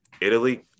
Italy